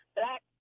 black